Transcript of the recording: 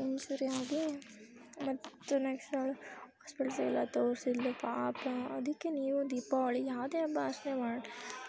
ಇಂಜುರಿಯಾಗಿ ಮತ್ತು ನೆಕ್ಸ್ಟ್ ಅವಳು ಹಾಸ್ಪಿಟಲ್ಸ್ಗೆಲ್ಲ ತೋರ್ಸಿದ್ಳು ಪಾಪ ಅದಕ್ಕೆ ನೀವು ದೀಪಾವಳಿ ಯಾವುದೇ ಹಬ್ಬ ಆಚರಣೆ ಮಾಡಿ